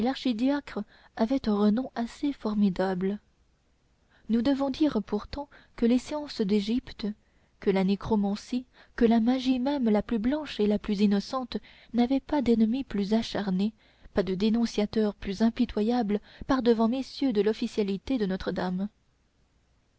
avait un renom assez formidable nous devons dire pourtant que les sciences d'égypte que la nécromancie que la magie même la plus blanche et la plus innocente n'avaient pas d'ennemi plus acharné pas de dénonciateur plus impitoyable par-devant messieurs de l'officialité de notre-dame